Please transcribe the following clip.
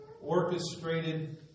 Orchestrated